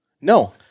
No